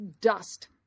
dust